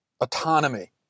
autonomy